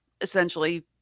essentially